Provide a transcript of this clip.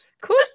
Cool